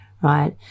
right